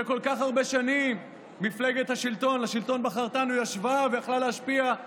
שכל כך הרבה שנים מפלגת השלטון ישבה ויכלה להשפיע,